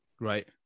right